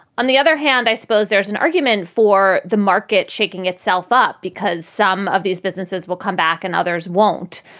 on the other hand, i suppose there's an argument for the market shaking itself up because some of these businesses will come back and others won't.